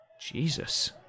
Jesus